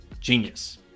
genius